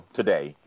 today